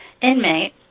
inmate